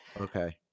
Okay